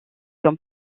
comme